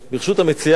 חברי חברי הכנסת,